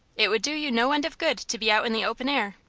it would do you no end of good to be out in the open air.